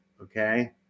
okay